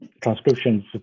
transcriptions